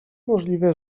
możliwe